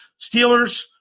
Steelers